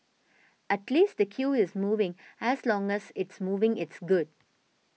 at least the queue is moving as long as it's moving it's good